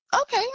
okay